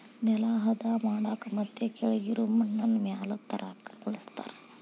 ನೆಲಾ ಹದಾ ಮಾಡಾಕ ಮತ್ತ ಕೆಳಗಿರು ಮಣ್ಣನ್ನ ಮ್ಯಾಲ ತರಾಕ ಬಳಸ್ತಾರ